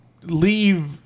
leave